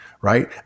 right